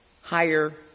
higher